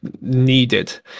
needed